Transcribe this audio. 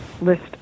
list